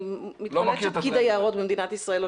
מתפלאת שפקיד היערות במדינת ישראל לא